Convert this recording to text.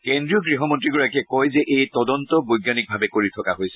কেন্দ্ৰীয় গৃহমন্ত্ৰীগৰাকীয়ে কয় যে এই তদন্ত বৈজ্ঞানিকভাৱে কৰি থকা হৈছে